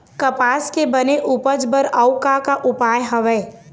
कपास के बने उपज बर अउ का का उपाय हवे?